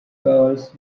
calls